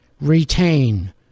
retain